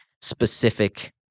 specific